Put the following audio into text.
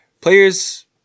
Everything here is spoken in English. players